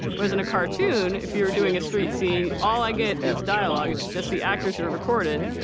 whereas in a cartoon if you're doing a street scene, all i get is dialogue. it's just the actors who are recorded,